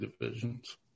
divisions